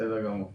זה לא יהיה.